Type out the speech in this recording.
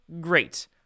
Great